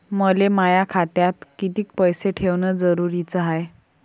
मले माया खात्यात कितीक पैसे ठेवण जरुरीच हाय?